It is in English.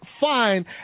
fine